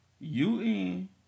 U-N